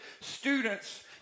students